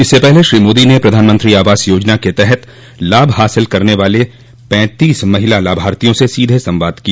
इससे पहले श्री मोदी ने प्रधानमंत्री आवास योजना के तहत लाभ हासिल करने वाली पैंतीस महिला लाभार्थियों से सीधे संवाद किया